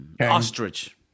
ostrich